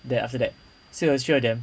then after that so it was three of them